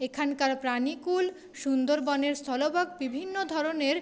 এখানকার প্রাণীকূল সুন্দরবনের স্থলভাগ বিভিন্ন ধরনের